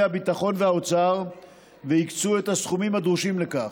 הביטחון והאוצר והקצו את הסכומים הדרושים לכך.